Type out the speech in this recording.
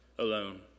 alone